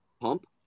pump